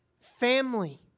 family